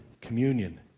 communion